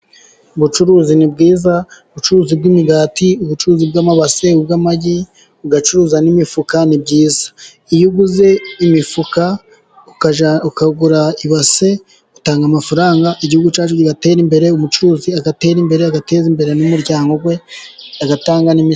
Ubucuruzi ni bwiza, ubucuruzi bw'imigati ubucuruzi bw'amabase bw'amagi, ugacuruza n'imifuka ni byiza, iyo uguze imifuka ukagura ibase utanga amafaranga, igihugu cyacu kigaterare imbere, umucuruzi agaterare imbere, agateze imbere n'umuryango we, agatanga nimi.